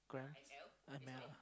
grams M_L